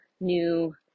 new